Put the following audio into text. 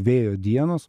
vėjo dienos